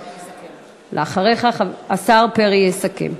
אחריך, השר פרי יסכם.